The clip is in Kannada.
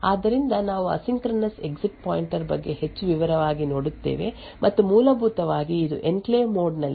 ಆದ್ದರಿಂದ ನಾವು ಅಸಿಂಕ್ರೊನಸ್ ಎಕ್ಸಿಟ್ ಪಾಯಿಂಟರ್ ಬಗ್ಗೆ ಹೆಚ್ಚು ವಿವರವಾಗಿ ನೋಡುತ್ತೇವೆ ಮತ್ತು ಮೂಲಭೂತವಾಗಿ ಇದು ಎನ್ಕ್ಲೇವ್ ಮೋಡ್ ನಲ್ಲಿ ಇಂಟೆರ್ಪ್ಟ್ ಮ್ಯಾನೇಜ್ಮೆಂಟ್ ಗೆ ಸಂಬಂಧಿಸಿದೆ